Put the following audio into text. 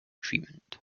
treatment